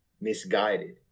misguided